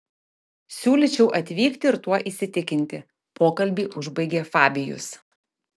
siūlyčiau atvykti ir tuo įsitikinti pokalbį užbaigė fabijus